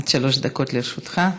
עד שלוש דקות לרשותך.